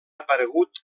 aparegut